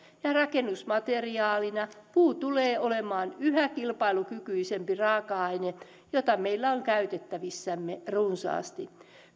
ja rakennusmateriaalina puu tulee olemaan yhä kilpailukykyisempi raaka aine jota meillä on käytettävissämme runsaasti